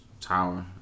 Tower